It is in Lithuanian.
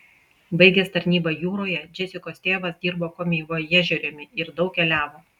baigęs tarnybą jūroje džesikos tėvas dirbo komivojažieriumi ir daug keliavo